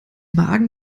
magen